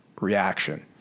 reaction